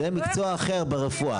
זה מקצוע אחר ברפואה.